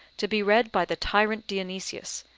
to be read by the tyrant dionysius,